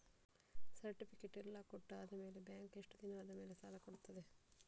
Certificate ಎಲ್ಲಾ ಕೊಟ್ಟು ಆದಮೇಲೆ ಬ್ಯಾಂಕ್ ಎಷ್ಟು ದಿನ ಆದಮೇಲೆ ಸಾಲ ಕೊಡ್ತದೆ?